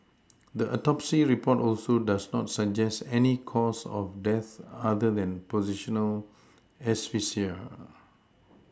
the Autopsy report also does not suggest any cause of death other than positional asphyxia